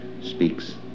speaks